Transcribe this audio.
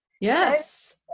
Yes